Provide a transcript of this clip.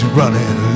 running